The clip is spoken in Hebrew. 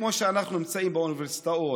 כמו שאנחנו נמצאים באוניברסיטאות,